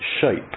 shape